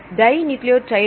tie nucleotide